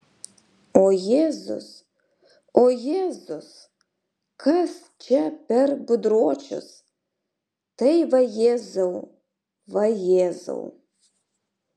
o jėzus o jėzus kas čia per gudročius tai vajezau vajezau